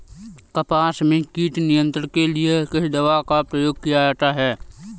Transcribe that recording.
कपास में कीट नियंत्रण के लिए किस दवा का प्रयोग किया जाता है?